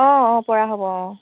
অঁ অঁ পৰা হ'ব অঁ